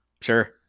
sure